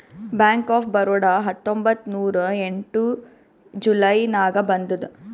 bank of Baroda ಹತ್ತೊಂಬತ್ತ್ ನೂರಾ ಎಂಟ ಜುಲೈ ನಾಗ್ ಬಂದುದ್